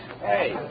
Hey